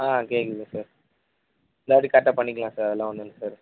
ஆ கேட்குதுங்க சார் இந்த வாட்டி கரெக்டாக பண்ணிக்கலாம் சார் அதெல்லாம் ஒன்றும் இல்லைங்க சார்